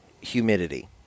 humidity